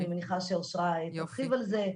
אני מניחה שאושרה תרחיב על זה.